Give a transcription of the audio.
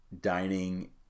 dining